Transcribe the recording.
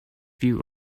view